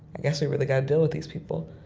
i guess we really got to deal with these people.